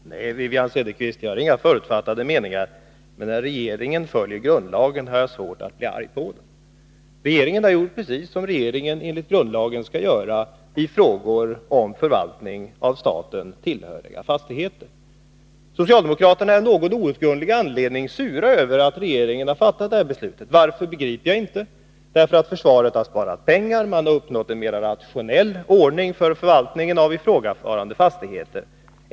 Fru talman! Nej, Wivi-Anne Cederqvist, jag har inga förutfattade meningar. Men när regeringen följer grundlagen har jag svårt att bli arg på den. Regeringen har gjort precis som regeringen enligt grundlagen skall göra i frågor om förvaltning av staten tillhöriga fastigheter. Socialdemokraterna är av outgrundlig anledning sura över att regeringen har fattat det här beslutet. Varför begriper jag inte. Försvaret har sparat pengar, och man har uppnått en mera rationell ordning för förvaltningen av ifrågavarande fastigheter.